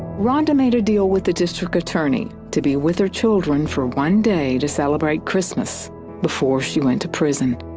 rhonda made a deal with the district attorney to be with her children for one day to celebrate christmas before she went to prison.